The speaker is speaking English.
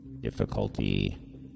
Difficulty